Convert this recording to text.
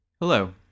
Hello